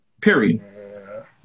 Period